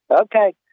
okay